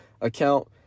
account